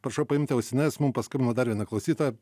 prašau paimti ausines mum paskambino dar viena klausytoja